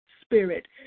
spirit